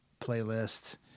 playlist